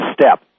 step